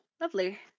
lovely